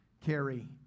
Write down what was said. carry